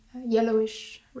yellowish